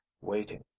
waiting